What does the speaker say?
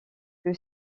que